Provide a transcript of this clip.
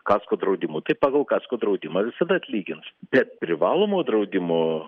kasko draudimu tai pagal kasko draudimą visada atlygins bet privalomo draudimo